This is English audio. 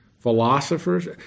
Philosophers